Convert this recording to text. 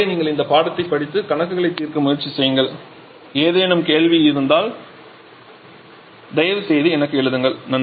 அதுவரை நீங்கள் இந்த பாடத்தை படித்து கணக்குகளை தீர்க்க முயற்சி செய்யுங்கள் ஏதேனும் கேள்வி ஏற்பட்டால் தயவுசெய்து எனக்கு எழுதுங்கள்